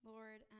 Lord